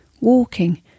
walking